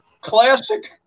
classic